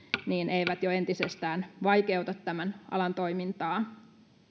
eivät entisestään vaikeuta tämän alan toimintaa